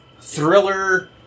thriller